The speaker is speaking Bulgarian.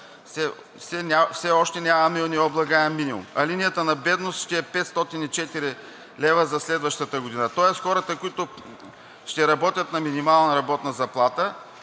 Все още нямаме необлагаем минимум, а линията на бедност ще е 504 лв. за следващата година, тоест хората, които ще работят на минимална работна заплата,